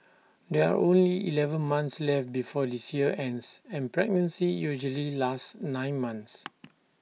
there are only Eleven months left before this year ends and pregnancy usually lasts nine months